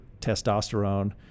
testosterone